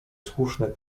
słuszne